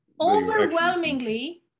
Overwhelmingly